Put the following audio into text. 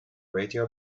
radio